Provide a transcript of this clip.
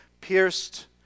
pierced